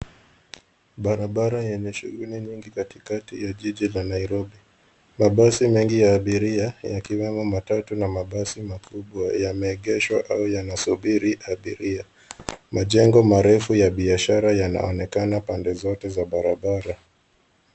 Barabara yenye shughuli nyingi katikati ya jiji la Nairobi. Mabasi mengi ya abiria, yakiwemo matatu na mabasi makubwa yameegeshwa au yanasubiri abiria. Majengo marefu ya biashara yanaonekana pande zote za barabara.